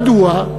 מדוע?